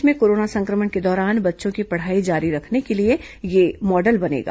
प्रदेश में कोरोना संक्रमण के दौरान बच्चों की पढ़ाई जारी रखने के लिए यह मॉडल बनेगा